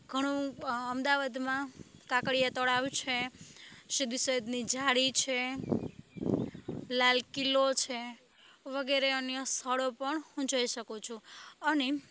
ઘણું અમદાવાદમાં કાંકરિયા તળાવ છે સીદી સૈયદની જાળી છે લાલ કિલ્લો છે વગેરે અન્ય સ્થળો પણ હું જોઈ શકું છું અને